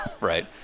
Right